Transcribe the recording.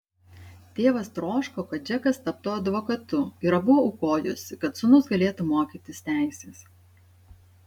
tėvas troško kad džekas taptų advokatu ir abu aukojosi kad sūnus galėtų mokytis teisės